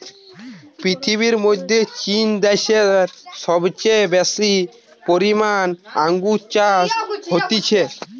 পৃথিবীর মধ্যে চীন দ্যাশে সবচেয়ে বেশি পরিমানে আঙ্গুর চাষ হতিছে